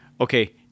okay